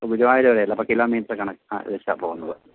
ഗുരുവായൂർ വരെയല്ലേ അപ്പോൾ കിലോമീറ്ററ് കണക്ക് ആ വെച്ചാണ് പോകുന്നത്